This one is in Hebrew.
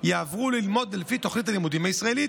יעברו ללמוד לפי תוכנית הלימודים הישראלית.